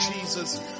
jesus